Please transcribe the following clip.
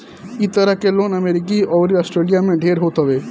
इ तरह के लोन अमेरिका अउरी आस्ट्रेलिया में ढेर होत हवे